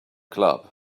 club